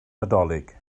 nadolig